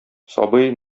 сабый